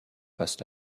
face